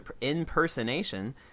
impersonation